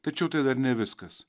tačiau tai dar ne viskas